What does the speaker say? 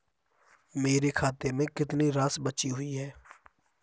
मेरे खाते में कितनी राशि बची हुई है?